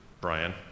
Brian